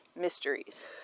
mysteries